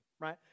right